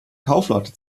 kaufleute